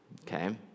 Okay